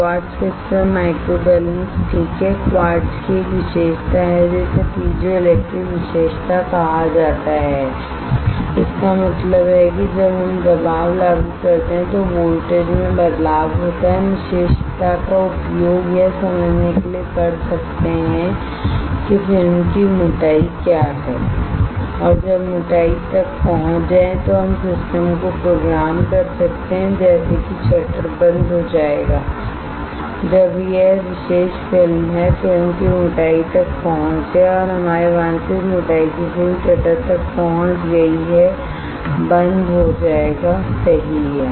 quartz crystal microbalance ठीक है quartz की एक विशेषता है जिसे पीजोइलेक्ट्रिक विशेषता कहा जाता है इसका मतलब है जब हम दबाव लागू करते हैं तो वोल्टेज में बदलाव होता है हम इस विशेषता का उपयोग यह समझने के लिए कर सकते हैं कि फिल्म की मोटाई क्या है और जब मोटाई तक पहुंच जाए तो हम सिस्टम को प्रोग्राम कर सकते हैं जैसे कि शटर बंद हो जाएगा जब यह विशेष फिल्म है फिल्म की मोटाई तक पहुँच है या हमारे वांछित मोटाई की फिल्म शटर तक पहुँच गई है बंद हो जाएगासही है